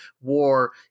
war